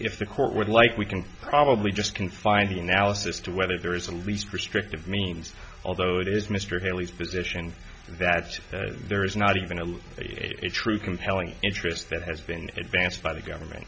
if the court would like we can probably just confined the analysis to whether there is the least restrictive means although it is mr haley's position that there is not even a true compelling interest that has been advanced by the government